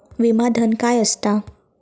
विमा धन काय असता?